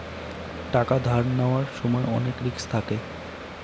টাকা ধার নেওয়ার সময় অনেক রিস্ক থাকে